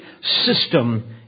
system